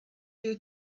you